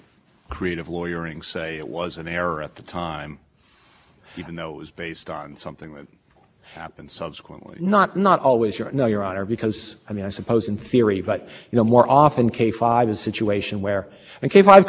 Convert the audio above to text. circumstances it comes up where there have been subsequent regulations that states have to incorporate into their steps and it comes up where you know the facts of simply changed you know everybody would check the air quality to improve to a certain extent and it didn't for some